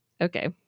okay